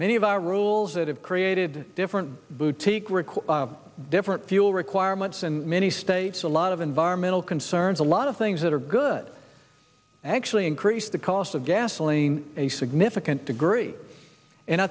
many of our rules that have created different boutique requests different fuel requirements and many states a lot of environmental concerns a lot of things that are good actually increase the cost of gasoline a significant degree and i